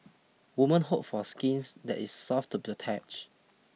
women hope for skins that is soft to the touch